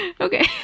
Okay